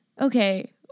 okay